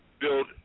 build